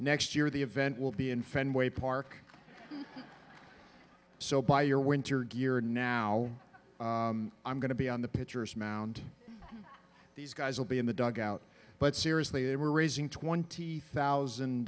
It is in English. next year the event will be in fenway park so by your winter gear now i'm going to be on the pitcher's mound these guys will be in the dugout but seriously they were raising twenty thousand